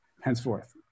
henceforth